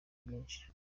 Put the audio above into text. byinshi